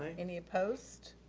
ah any opposed?